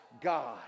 God